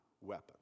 weapon